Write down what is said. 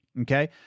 Okay